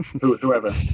whoever